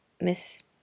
Miss